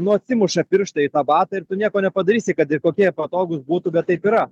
nu atsimuša pirštai į tą batą ir nieko nepadarysi kad ir kokie patogūs būtų bet taip yra